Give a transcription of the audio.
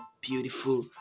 beautiful